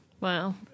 Wow